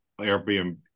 Airbnb